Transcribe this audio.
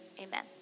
Amen